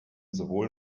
sowohl